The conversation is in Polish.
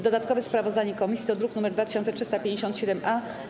Dodatkowe sprawozdanie komisji to druk nr 2357-A.